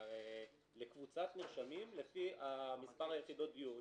לקבוצת נרשמים לפי מספר יחידות הדיור.